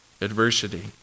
adversity